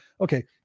okay